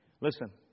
Listen